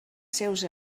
seus